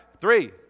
Three